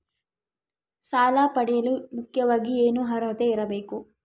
ಸಾಲ ಪಡೆಯಲು ಮುಖ್ಯವಾಗಿ ಏನು ಅರ್ಹತೆ ಇರಬೇಕು?